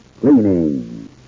cleaning